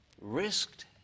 risked